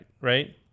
right